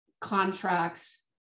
contracts